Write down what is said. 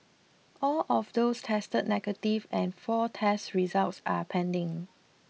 all of those tested negative and four test results are pending